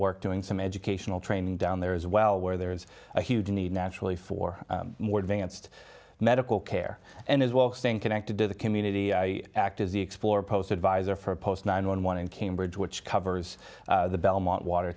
work doing some educational training down there as well where there's a huge need naturally for more advanced medical care and as well staying connected to the community i act as the explorer post advisor for a post nine one one in cambridge which covers the belmont water